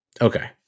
Okay